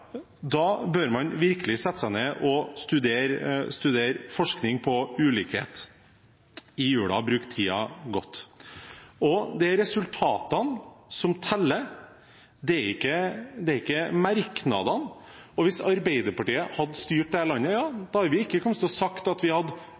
bør man virkelig sette seg ned i jula og studere forskning på ulikhet – og bruke tiden godt. Det er resultatene som teller, ikke merknadene. Hvis Arbeiderpartiet hadde styrt dette landet,